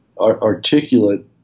articulate